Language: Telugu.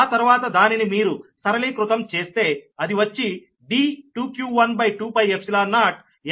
ఆ తర్వాత దానిని మీరు సరళీకృతం చేస్తే అది వచ్చి D 2q12π0ln Dr1 r2